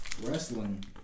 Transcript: wrestling